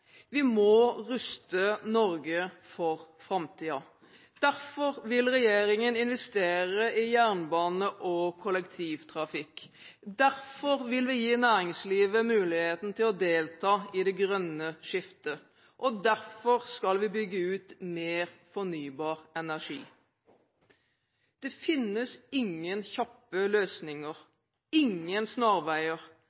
Vi må ruste Norge for framtiden. Derfor vil regjeringen investere i jernbane og kollektivtrafikk. Derfor vil vi gi næringslivet muligheten til å delta i det grønne skiftet, og derfor skal vi bygge ut mer fornybar energi. Det finnes ingen kjappe løsninger,